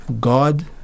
God